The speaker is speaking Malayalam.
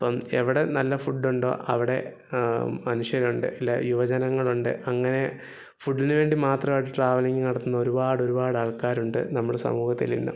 അപ്പോള് എവിടെ നല്ല ഫുഡുണ്ടോ അവിടെ മനുഷ്യരുണ്ട് ഇല്ല യുവജനങ്ങളുണ്ട് അങ്ങനെ ഫുഡിന് വേണ്ടി മാത്രം ആയിട്ട് ട്രാവലിംഗ് നടത്തുന്ന ഒരുപാട് ഒരുപാട് ആൾക്കാരുണ്ട് നമ്മുടെ സമൂഹത്തിൽ ഇന്നും